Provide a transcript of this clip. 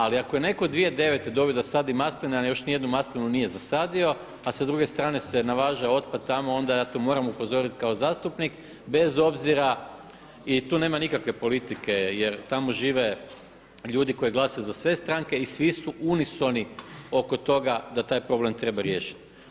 Ali ako je netko 2009. dobio da sadi masline, a još ni jednu maslinu nije zasadio, a sa druge strane se navaža otpad tamo, onda ja to moram upozoriti kao zastupnik bez obzira i tu nema nikakve politike jer tamo žive ljudi koji glasaju za sve stranke i svi su unisoni oko toga da taj problem treba riješiti.